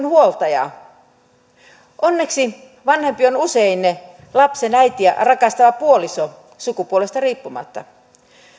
huoltaja onneksi vanhempi on usein lapsen äitiä rakastava puoliso sukupuolesta riippumatta